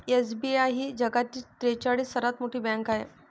SBI ही जगातील त्रेचाळीस सर्वात मोठी बँक आहे